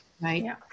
right